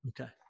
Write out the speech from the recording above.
Okay